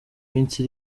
minsi